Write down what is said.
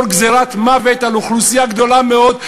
גזירת מוות על אוכלוסייה גדולה מאוד,